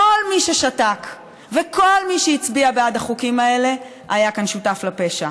כל מי ששתק וכל מי שהצביע בעד החוקים האלה היה כאן שותף לפשע.